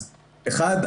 אז אחד,